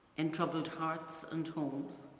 in troubled hearts and homes